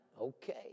Okay